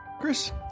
Chris